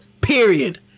period